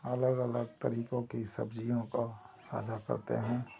अलग अलग तरह की सब्ज़ियों को साझा करते हैं